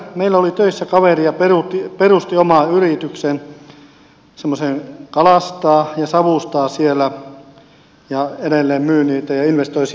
meillä oli töissä kaveri joka perusti oman yrityksen semmoisen että kalastaa ja savustaa siellä ja edelleen myy niitä ja investoi siihen aika paljon